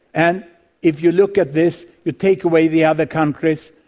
and if you look at this, take away the other countries,